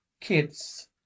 Kids